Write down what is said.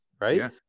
right